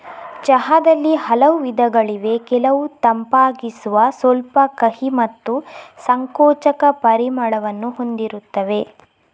ಚಹಾದಲ್ಲಿ ಹಲವು ವಿಧಗಳಿವೆ ಕೆಲವು ತಂಪಾಗಿಸುವ, ಸ್ವಲ್ಪ ಕಹಿ ಮತ್ತು ಸಂಕೋಚಕ ಪರಿಮಳವನ್ನು ಹೊಂದಿರುತ್ತವೆ